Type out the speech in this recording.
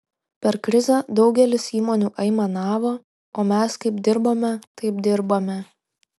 per krizę daugelis įmonių aimanavo o mes kaip dirbome taip dirbame